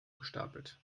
gestapelt